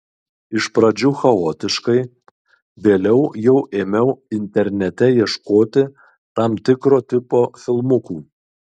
iš pradžių chaotiškai vėliau jau ėmiau internete ieškoti tam tikro tipo filmukų